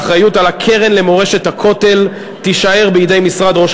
האחריות לקרן למורשת הכותל תישאר בידי משרד ראש